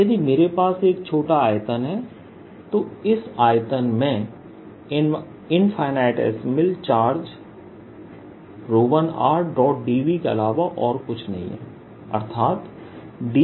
यदि मेरे पास एक छोटा आयतन है तो इस आयतन में इन्फिनिटेसिमल चार्ज rdVके अलावा और कुछ नहीं है अर्थात dqrdV